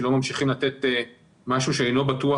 שלא ממשיכים לתת לנסיינים משהו שאינו בטוח.